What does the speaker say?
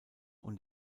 und